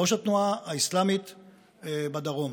ראש התנועה האסלאמית בדרום,